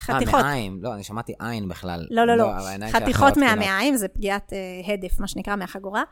חתיכות... מהמעיים, לא, אני שמעתי עין בכלל. לא, לא, לא. חתיכות מהמעיים, זה פגיעת הדף, מה שנקרא, מהחגורה.